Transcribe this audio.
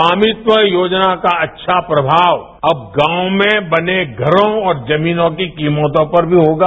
स्वामित्व योजना का अच्छा प्रमाव अब गांव में बने घरों और जमीनों की कीमतों पर भी होगा